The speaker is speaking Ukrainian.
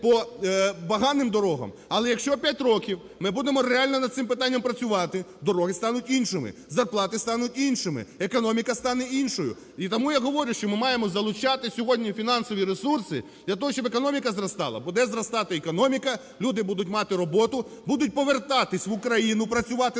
по поганим дорогам. Але якщо 5 років ми будемо реально над цим питанням працювати, дороги стануть іншими, зарплати стануть іншими, економіка стане іншою. І тому я говорю, що ми маємо залучати сьогодні фінансові ресурси для того, щоб економіка зростала. Буде зростати економіка - люди будуть мати роботу, будуть повертатися в Україну працювати